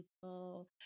people